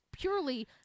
purely